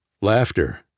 Laughter